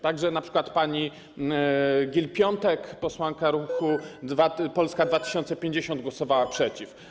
Także np. pani Gil-Piątek, posłanka ruchu Polska 2050, głosowała przeciw.